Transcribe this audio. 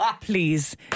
please